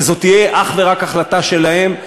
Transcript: וזו תהיה אך ורק החלטה שלהם,